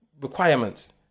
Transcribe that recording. requirements